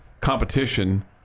competition